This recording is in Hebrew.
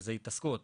וזה התעסקות.